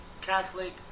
Catholic